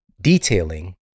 detailing